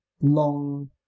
long